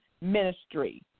ministry